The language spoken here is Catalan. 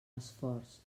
esforç